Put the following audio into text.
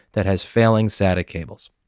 that has failing sata cables.